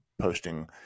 posting